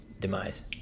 demise